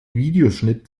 videoschnitt